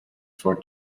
for